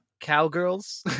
cowgirls